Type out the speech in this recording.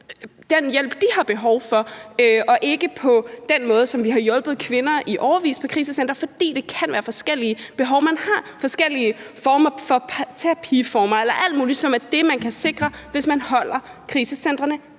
den hjælp, de har behov for, og ikke på den måde, som vi har hjulpet kvinder på i årevis på krisecentre, fordi det kan være forskellige behov, man har, forskellige terapiformer eller alt muligt, som er det, man kan sikre, hvis man holder krisecentrene